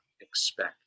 expect